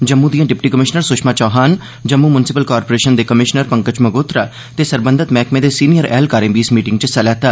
जम्मू दिएं deputy commissioner Sushma Chauhan Jammu municipal corporation दे commissioner Pankaj Magotra ते सरबंधत मैह्कमें दे सीनियर ऐह्लकारें बी इस मीटिंग च हिस्सा लैता